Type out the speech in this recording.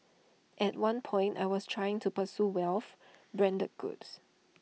at one point I was trying to pursue wealth branded goods